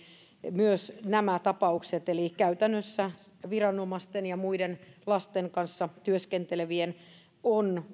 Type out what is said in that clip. nämä tapaukset eli käytännössä viranomaisten ja muiden lasten kanssa työskentelevien velvollisuutena on